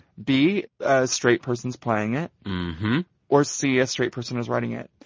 b, a straight person's playing it or, c, a straight person is writing it.